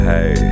Hey